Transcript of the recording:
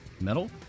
Metal